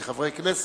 כחברי כנסת,